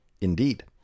Indeed